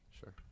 Sure